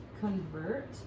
convert